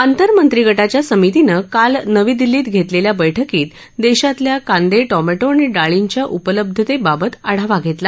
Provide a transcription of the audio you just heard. आंतरमंत्रीगटाच्या समितीनं काल नवी दिल्लीत घेतलेल्या बैठकीत देशातल्या कांदे टोमॅटो आणि डाळींच्या उपलब्धतेबाबत आढावा घेतला